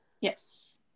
Yes